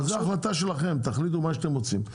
זו החלטה שלכם תחליטו מה שאתם רוצים,